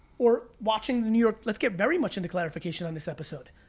or watching the new york let's get very much into clarification in this episode.